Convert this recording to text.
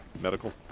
medical